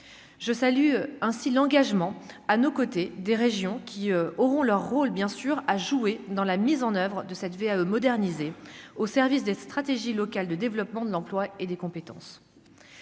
je salue ainsi l'engagement à nos côtés, des régions qui auront leur rôle, bien sûr, a joué dans la mise en oeuvre de cette VAE moderniser au service des stratégies locales de développement de l'emploi et des compétences.